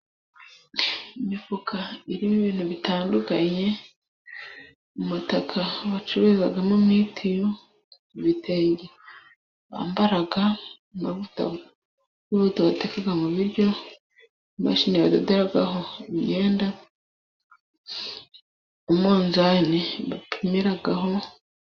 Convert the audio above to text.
Imifuka irimo ibintu bitandukanye， umutaka bacururizamo mitiyu， ibitenge bambara，amavuta y'ubuto bateka mu biryo，imashini badoderaho imyenda， umunzani bapimeraho.